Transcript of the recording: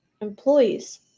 employees